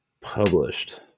published